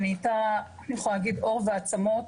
היא נהיתה עור ועצמות,